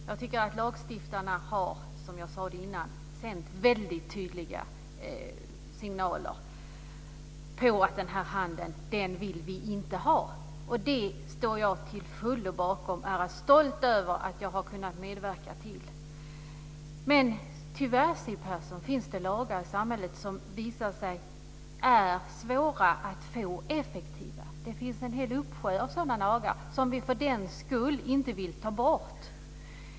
Fru talman! Jag tycker, som jag sade förut, att lagstiftarna har sänt mycket tydliga signaler om att vi inte vill ha den här handeln. Det står jag till fullo bakom, det är jag stolt över att ha kunnat medverka till. Men tyvärr, Siw Persson, finns det lagar i samhället som visar sig vara svåra att få effektiva. Det finns en hel uppsjö av sådana lagar som vi för den skull inte vill ta bort.